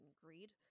greed